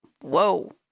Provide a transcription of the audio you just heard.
whoa